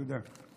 תודה.